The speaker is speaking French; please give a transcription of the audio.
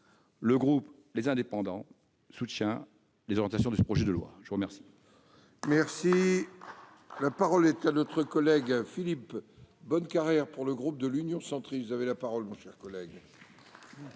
Le groupe Les Indépendants soutient les orientations de ce projet de loi. La parole